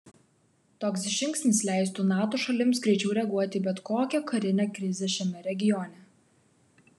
toks žingsnis leistų nato šalims greičiau reaguoti į bet kokią karinę krizę šiame regione